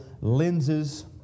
lenses